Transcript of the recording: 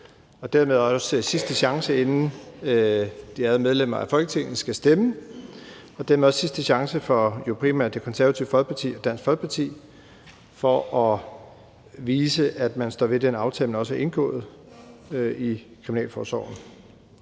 er det også sidste chance, inden de ærede medlemmer af Folketinget skal stemme, og dermed også sidste chance for primært Det Konservative Folkeparti og Dansk Folkeparti til at vise, at man står ved den aftale, man har indgået om kriminalforsorgen.